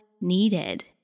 needed